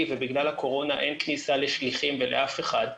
ובגלל הקורונה אין כניסה לשליחים ולאף אחד,